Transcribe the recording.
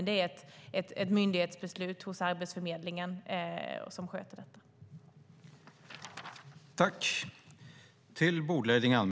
Det är dock ett myndighetsbeslut hos Arbetsförmedlingen, som sköter detta.